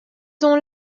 donc